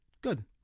Good